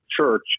church